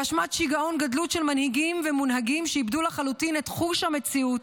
באשמת שיגעון גדלות של מנהיגים ומונהגים שאיבדו לחלוטין את חוש המציאות: